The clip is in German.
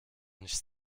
nichts